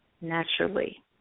naturally